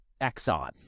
Exxon